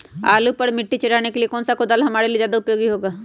आलू पर मिट्टी चढ़ाने के लिए कौन सा कुदाल हमारे लिए ज्यादा उपयोगी होगा?